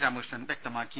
രാമകൃഷ്ണൻ വ്യക്തമാക്കി